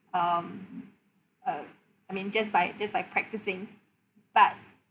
um uh I mean just by just by practicing but